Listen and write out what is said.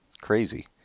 Crazy